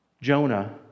Jonah